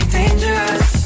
dangerous